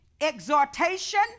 exhortation